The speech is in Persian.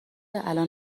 الان